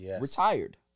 retired